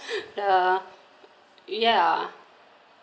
the yeah